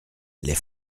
les